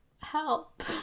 help